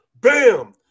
Bam